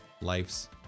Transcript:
life's